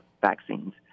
vaccines